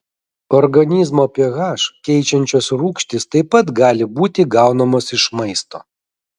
organizmo ph keičiančios rūgštys taip pat gali būti gaunamos iš maisto